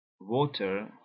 water